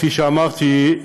כפי שאמרתי,